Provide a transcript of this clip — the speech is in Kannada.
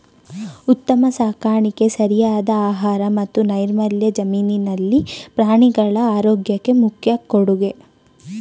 ಉತ್ತಮ ಸಾಕಾಣಿಕೆ ಸರಿಯಾದ ಆಹಾರ ಮತ್ತು ನೈರ್ಮಲ್ಯ ಜಮೀನಿನಲ್ಲಿ ಪ್ರಾಣಿಗಳ ಆರೋಗ್ಯಕ್ಕೆ ಮುಖ್ಯ ಕೊಡುಗೆ